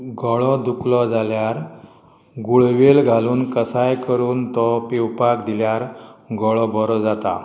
गळो दुखलो जाल्यार गुळवेल घालून कसाय करून तो पिवपाक दिल्यार गळो बरो जाता